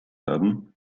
haben